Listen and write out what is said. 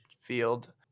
field